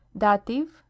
dative